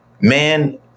man